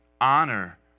honor